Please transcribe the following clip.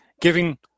giving